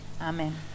Amen